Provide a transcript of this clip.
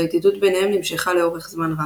והידידות ביניהם נמשכה לאורך זמן רב.